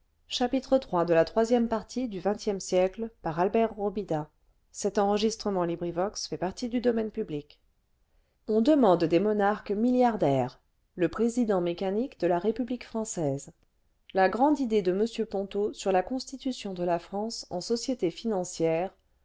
on demande des monarques milliardaires le président mécanique de la république française la grande idée de m ponto sur la constitution de la france en société financière